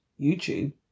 YouTube